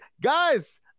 guys